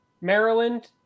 Maryland